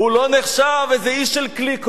הוא לא נחשב איזה איש של קליקות,